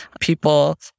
people